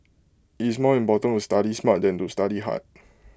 it's more important to study smart than to study hard